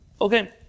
Okay